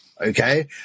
okay